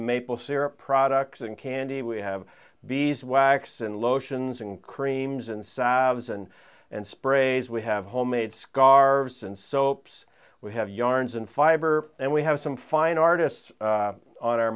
maple syrup products and candy we have bees wax and lotions and creams and sobs and and sprays we have homemade scarves and soaps we have yarns and fiber and we have some fine artists on our